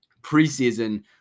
preseason